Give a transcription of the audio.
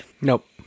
Nope